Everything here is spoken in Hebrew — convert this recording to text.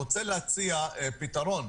אני רוצה להציע פתרון.